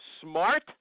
Smart